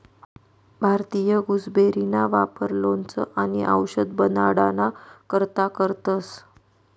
भारतीय गुसबेरीना वापर लोणचं आणि आवषद बनाडाना करता करतंस